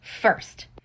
first